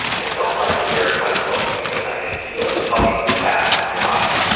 i don't like to wear tight clothing because i can feel it hugging the fat on my body.